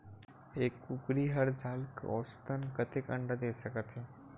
एक कुकरी हर साल औसतन कतेक अंडा दे सकत हे?